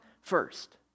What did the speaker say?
first